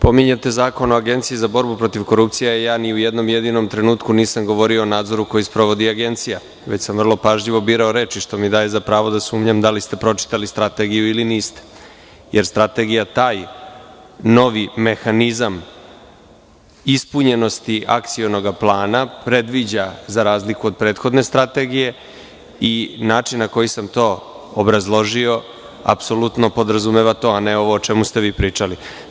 Pominjete Zakon o Agenciji za borbu protiv korupcije, a ja ni u jednom jedinom trenutku nisam govorio o nadzoru koji sprovodi Agencija, već sam vrlo pažljivo birao reči, što mi daje za pravo da sumnjam da li ste pročitali strategiju ili niste, jer strategija taj novi mehanizam ispunjenosti akcionog plana predviđa, za razliku od prethodne strategije, i način na koji sam to obrazložio, apsolutno podrazumeva to, a ne ovo o čemu ste vi pričali.